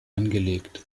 angelegt